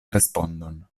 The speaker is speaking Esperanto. respondon